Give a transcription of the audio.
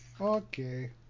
Okay